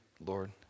Lord